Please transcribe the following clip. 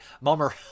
Mummer